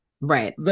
Right